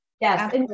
Yes